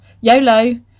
YOLO